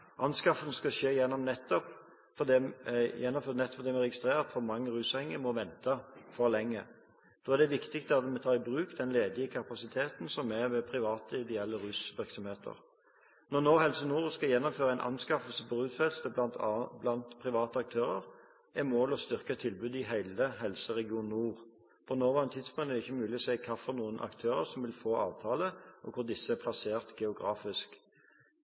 skal gjennomføres nettopp fordi vi registrerer at for mange rusavhengige må vente for lenge. Da er det viktig at vi tar i bruk den ledige kapasiteten som er ved private, ideelle rusvirksomheter. Når Helse Nord nå skal gjennomføre en anskaffelse på rusfeltet blant private aktører, er målet å styrke tilbudet i hele Helseregion Nord. På nåværende tidspunkt er det ikke mulig å si hvilke aktører som vil få avtale, og hvor disse er plassert geografisk.